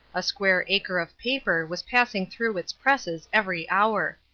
a square acre of paper was passing through its presses every hour.